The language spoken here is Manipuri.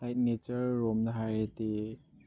ꯑꯩ ꯅꯦꯆꯔꯔꯣꯝꯗ ꯍꯥꯏꯔꯗꯤ